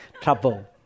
trouble